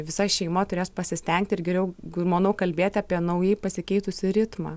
visa šeima turės pasistengti ir geriau manau kalbėti apie naujai pasikeitusį ritmą